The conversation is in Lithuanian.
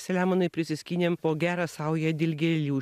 selemonai prisiskynėm po gerą saują dilgėlių